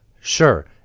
sure